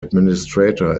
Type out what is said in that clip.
administrator